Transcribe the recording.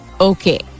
okay